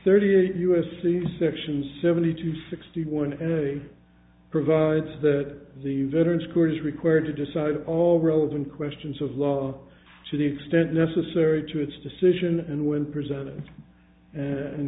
thirty eight u s c section seventy two sixty one and a provides that the veterans court is required to decide all relevant questions of law to the extent necessary to its decision and when presented and